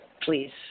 Please